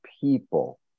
people